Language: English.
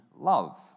love